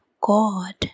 God